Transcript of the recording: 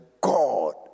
God